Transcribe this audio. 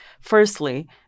Firstly